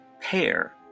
pair